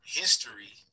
history